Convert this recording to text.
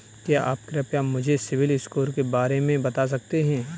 क्या आप कृपया मुझे सिबिल स्कोर के बारे में बता सकते हैं?